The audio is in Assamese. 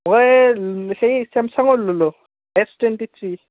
মই সেই চেমচাঙৰ ল'লোঁ এছ টুৱেণ্টি থ্ৰী